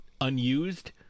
unused